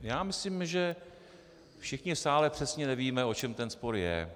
Já myslím, že všichni v sále přesně nevíme, o čem ten spor je.